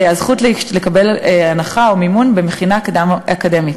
הזכות לקבל הנחה או מימון במכינה קדם-אקדמית.